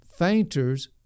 Fainters